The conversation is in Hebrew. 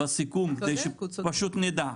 בסיכום, שפשוט נדע.